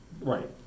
Right